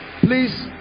Please